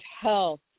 health